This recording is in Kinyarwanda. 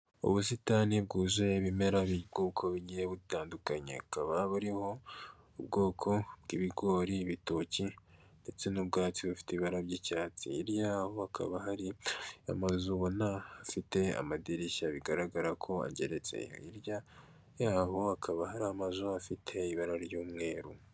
Ubusitani bwuzuye ibimera by'ubwoko bigiye butandukanye. Hakaba buriho ubwoko bw'ibigori, ibitoki, ndetse n'ubwatsi bufite ibara ry'icyatsi. Hirya yaho hakaba hari amazu ubona afite amadirishya bigaragara ko ageretse. Hirya yaho hakaba hari amazu afite ibara ry'umweru.